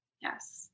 Yes